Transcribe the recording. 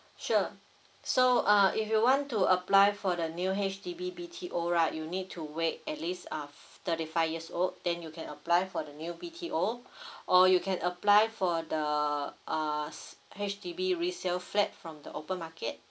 sure so uh if you want to apply for the new H_D_B B_T_O right you need to wait at least uh f~ thirty five years old then you can apply for the new B_T_O or you can apply for the uh s~ H_D_B resale flat from the open market